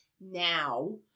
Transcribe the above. now